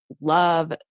love